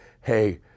hey